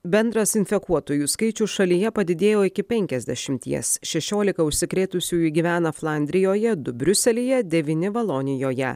bendras infekuotųjų skaičius šalyje padidėjo iki penkiasdešimties šešiolika užsikrėtusiųjų gyvena flandrijoje du briuselyje devyni valonijoje